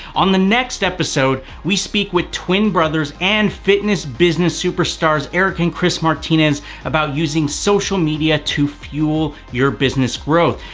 on the next episode, we speak with twin brothers and fitness business superstars eric and chris martinez about using social media to fuel your business growth.